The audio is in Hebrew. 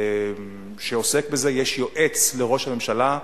שעוסק בזה, יש יועץ לראש הממשלה,